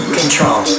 control